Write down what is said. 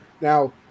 Now